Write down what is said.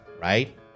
right